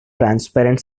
transparent